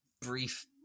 brief